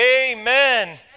Amen